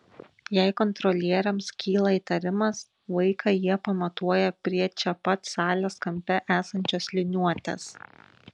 jei kontrolieriams kyla įtarimas vaiką jie pamatuoja prie čia pat salės kampe esančios liniuotės